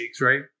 right